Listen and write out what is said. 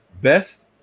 best